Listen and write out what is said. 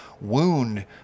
wound